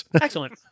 Excellent